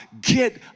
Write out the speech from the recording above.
Get